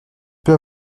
peux